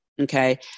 okay